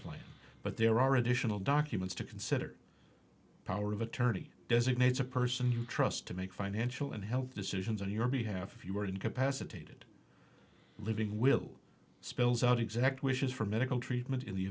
plan but there are additional documents to consider power of attorney designates a person you trust to make financial and health decisions on your behalf if you were incapacitated living will spells out exact wishes for medical treatment in the